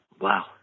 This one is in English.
Wow